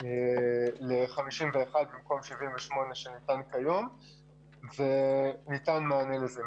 ל-51 במקום 78 שניתן כיום וניתן מענה לזה.